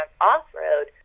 off-road